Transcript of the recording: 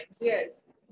yes